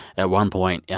at one point, yeah